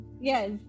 yes